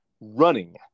running